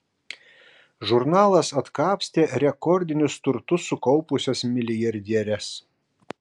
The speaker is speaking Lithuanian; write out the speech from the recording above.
žurnalas atkapstė rekordinius turtus sukaupusias milijardieres